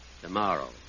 Tomorrow